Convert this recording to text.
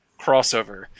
crossover